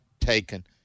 taken